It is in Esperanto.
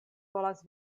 volas